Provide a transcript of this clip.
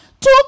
Two